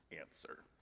answer